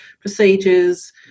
procedures